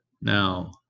Now